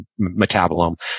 metabolome